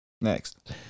Next